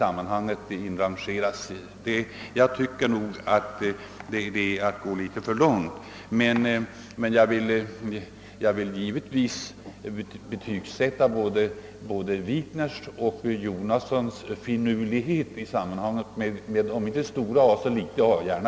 Enligt min mening är detta att gå litet för långt, men jag vill gärna betygsätta både herr Wikners och herr Jonassons finurlighet i sammanhanget med om inte stort A så litet a.